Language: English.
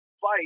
fight